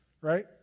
right